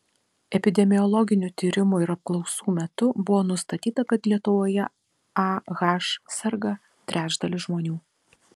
epidemiologinių tyrimų ir apklausų metu buvo nustatyta kad lietuvoje ah serga trečdalis žmonių